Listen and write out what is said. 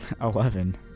Eleven